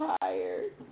tired